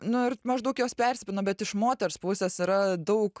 nu ir maždaug jos persipina bet iš moters pusės yra daug